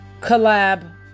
collab